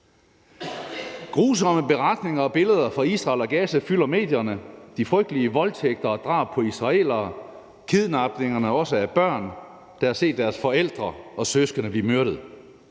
Grusomme beretninger og billeder fra Israel og Gaza fylder medierne. Det er de frygtelige voldtægter og drab på israelere; det er kidnapningerne, også af børn, der har set deres forældre og søskende blive myrdet;